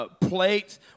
Plates